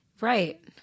Right